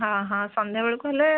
ହଁ ହଁ ସନ୍ଧ୍ୟାବେଳୁକୁ ହେଲେ